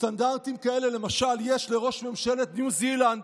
סטנדרטים כאלה, למשל, יש לראש ממשלת ניו זילנד.